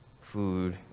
food